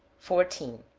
fourteen.